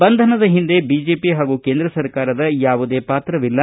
ಬಂಧನದ ಹಿಂದೆ ಬಿಜೆಪಿ ಹಾಗೂ ಕೇಂದ್ರ ಸರ್ಕಾರದ ಯಾವುದೇ ಪಾತ್ರವಿಲ್ಲ